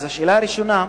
אז השאלה הראשונה: